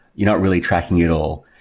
you're not really tracking it all.